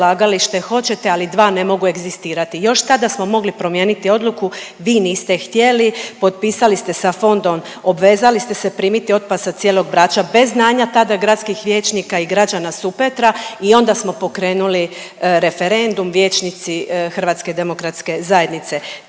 odlagalište hoćete, ali dva ne mogu egzistirati. Još tada smo mogli promijeniti odluku, vi niste htjeli. Potpisali ste sa fondom, obvezali ste se primiti otpad sa cijelog Brača bez znanja tada gradskih vijećnika i građana Supetra i onda smo pokrenuli referendum vijećnici Hrvatske demokratske zajednice.